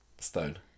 Stone